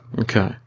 Okay